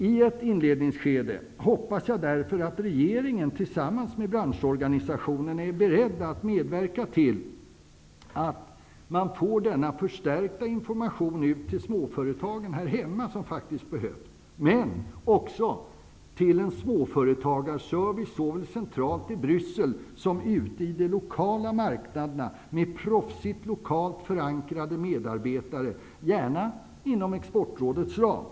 I ett inledningsskede hoppas jag därför att regeringen tillsammans med branschorganisationerna är beredd att medverka till att vi får en förstärkt information till småföretag här hemma, men också småföretagarservice såväl centralt i Bryssel som ute i de lokala marknaderna med proffsigt lokalt förankrade medarbetare, gärna inom Exportrådets ram.